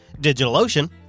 DigitalOcean